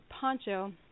poncho